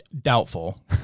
doubtful